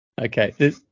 Okay